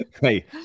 Hey